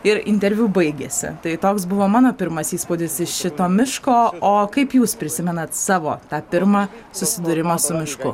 ir interviu baigėsi tai toks buvo mano pirmas įspūdis iš šito miško o kaip jūs prisimenat savo tą pirmą susidūrimą su mišku